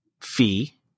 fee